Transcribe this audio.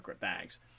thanks